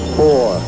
four